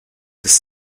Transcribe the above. this